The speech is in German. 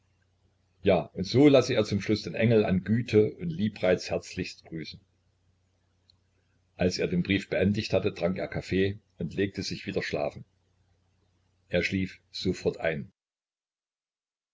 ja und so lasse er zum schluß den engel an güte und liebreiz herzlichst grüßen als er den brief beendigt hatte trank er kaffee und legte sich wieder schlafen er schlief sofort ein